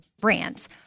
brands